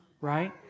right